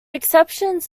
exceptions